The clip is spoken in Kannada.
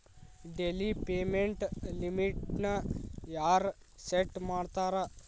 ಡೆಲಿ ಪೇಮೆಂಟ್ ಲಿಮಿಟ್ನ ಯಾರ್ ಸೆಟ್ ಮಾಡ್ತಾರಾ